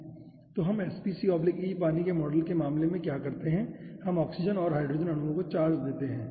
तो हम SPCE पानी के मॉडल के मामले में क्या करते हैं हम ऑक्सीजन और हाइड्रोजन अणुओं को चार्ज देते हैं